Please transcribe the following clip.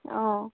অঁ